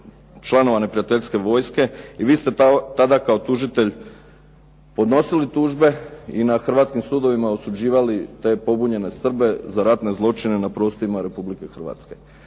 članova neprijateljske vojske i vi ste tada kao tužitelj podnosili tužbe i na hrvatskim sudovima osuđivali te pobunjene Srbe za ratne zločine na prostorima Republike Hrvatske.